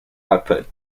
output